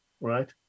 right